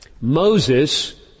Moses